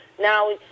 Now